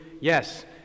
Yes